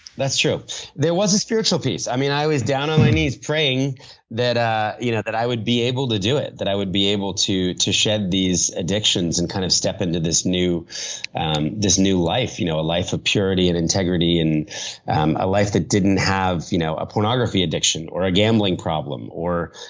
that's true. there was a spiritual piece. i mean, i was down on my knees praying that i you know that i would be able to do it, that i would be able to to shed these addictions and kind of step into this new and this new life. you know a life of purity and integrity, and um a life that didn't have you know a pornography addiction or a gambling problem or,